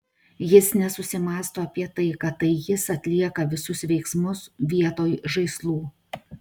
jis nesusimąsto apie tai kad tai jis atlieka visus veiksmus vietoj žaislų